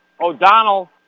O'Donnell